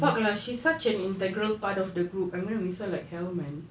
fuck lah she's such an integral part of the group I'm gonna miss her like hell man